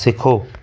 सिखो